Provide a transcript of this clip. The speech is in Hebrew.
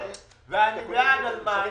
ואני בעד על שמן,